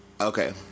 okay